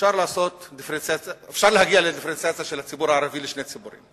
אפשר להגיע לדיפרנציאציה של הציבור הערבי לשני ציבורים,